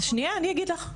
שנייה, אני אגיד לך.